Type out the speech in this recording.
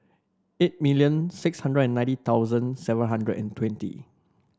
eight million six hundred and ninety thousand seven hundred and twenty